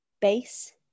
base